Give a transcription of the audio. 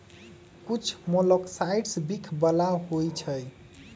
कुछ मोलॉक्साइड्स विख बला होइ छइ